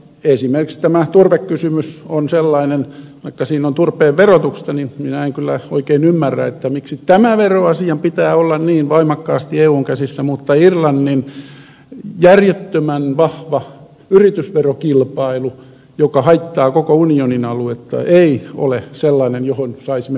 esimerkiksi tämä turvekysymys on sellainen vaikka siinä on turpeen verotuksesta kysymys että minä en kyllä oikein ymmärrä miksi tämän veroasian pitää olla niin voimakkaasti eun käsissä mutta irlannin järjettömän vahva yritysverokilpailu joka haittaa koko unionin aluetta ei ole sellainen johon saisimme puuttua